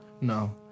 No